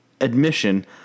admission